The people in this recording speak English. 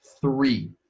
three